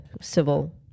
civil